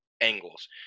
angles